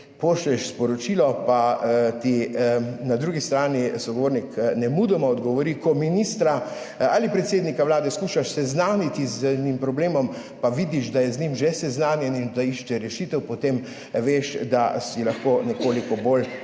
pošlješ sporočilo, pa ti na drugi strani sogovornik nemudoma odgovori. Ko ministra ali predsednika Vlade skušaš seznaniti z enim problemom, pa vidiš, da je z njim že seznanjen in da išče rešitev, potem veš, da si lahko nekoliko bolj